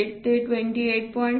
0 ते 28